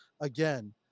again